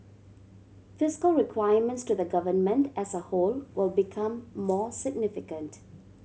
fiscal requirements to the government as a whole will become more significant